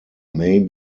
may